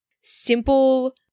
Simple